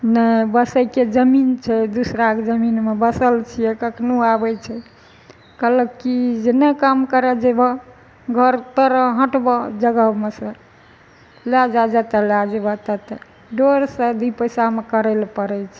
नै बसैके जमीन छै दुसराके जमीन मे बसल छियै कखनो आबै छै कहलक कि जे नहि काम करै जैबहऽ घर तोड़ऽ हटबऽ जगहमे सँ लए जाए जतऽ लए जेबऽ ततऽ डरसँ दुइ पैसामे करैलए परै छै